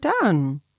done